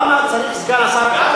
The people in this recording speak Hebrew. למה צריך סגן שר?